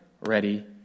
ready